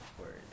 Word